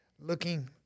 looking